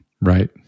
Right